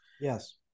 yes